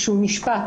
כשהוא נשפט,